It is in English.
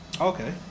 Okay